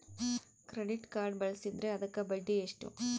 Credit card ಬಳಸಿದ್ರೇ ಅದಕ್ಕ ಬಡ್ಡಿ ಎಷ್ಟು?